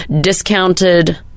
discounted